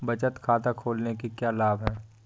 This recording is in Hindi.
बचत खाता खोलने के क्या लाभ हैं?